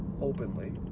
openly